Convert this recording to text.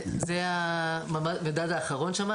זה המדד האחרון שם,